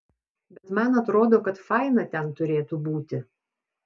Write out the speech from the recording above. bet man atrodo kad faina ten turėtų būti